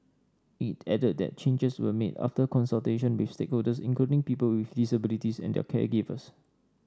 it added that changes were made after consultation with stakeholders including people with disabilities and their caregivers